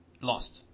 lost